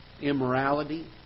immorality